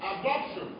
adoption